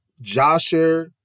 Joshua